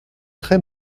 très